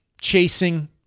chasing